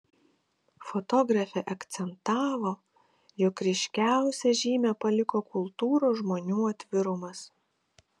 fotografė akcentavo jog ryškiausią žymę paliko kultūros žmonių atvirumas